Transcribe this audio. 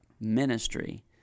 ministry